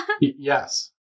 Yes